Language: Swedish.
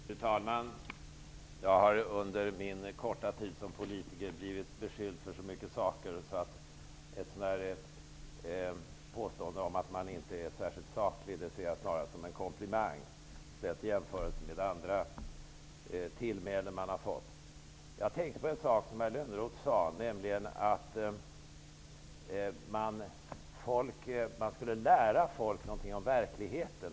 Fru talman! Jag har under min korta tid som politiker blivit beskylld för så mycket, så ett påstående om att jag inte är särskilt saklig uppfattar jag snarast som en komplimang, särskilt i jämförelse med andra tillmälen som jag har fått. Herr Lönnroth sade att vi höll på med cirkus och inte lärde folk någonting om verkligheten.